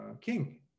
king